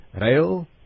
Rail